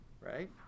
right